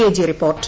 AG report